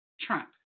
Trump